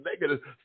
negative